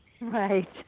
Right